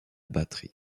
batterie